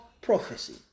prophecy